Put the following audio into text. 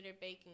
baking